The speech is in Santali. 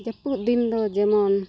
ᱡᱟᱹᱯᱩᱫ ᱫᱤᱱ ᱫᱚ ᱡᱮᱢᱚᱱ